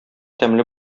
тәмле